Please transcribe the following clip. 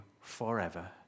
forever